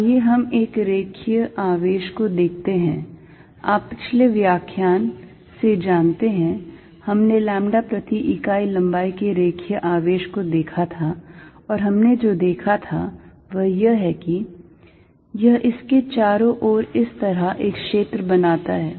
आइए हम एक रेखीय आवेश को देखते हैं आप पिछले व्याख्यान जानते हैं हमने लैम्बडा प्रति इकाई लंबाई के रेखीय आवेश को देखा था और हमने जो देखा था वह यह है कि यह इसके चारों ओर इस तरह एक क्षेत्र बनाता है